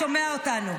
ששומע אותנו.